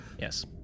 yes